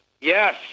Yes